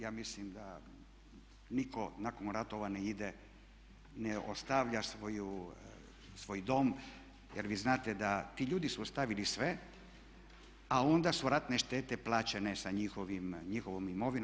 Ja mislim da nitko nakon ratova ne ide, ne ostavlja svoj dom, jer vi znate da ti ljudi su ostavili sve, a onda su ratne štete plaćene sa njihovom imovinom.